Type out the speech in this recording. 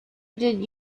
did